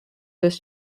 this